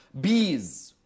Bees